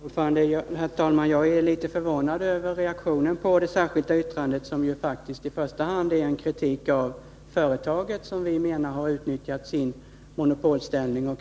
Herr talman! Jag är litet förvånad över reaktionen på det särskilda yttrandet, som faktiskt är en kritik av företagets handlande. Vi anser att företaget har utnyttjat sin monopolställning.